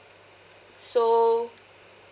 so